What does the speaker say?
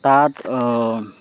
তাত